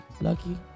lucky